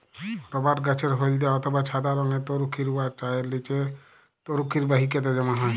রবাট গাহাচের হইলদ্যা অথবা ছাদা রংয়ের তরুখির উয়ার চামের লিচে তরুখির বাহিকাতে জ্যমা হ্যয়